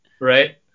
Right